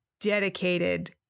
dedicated